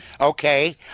okay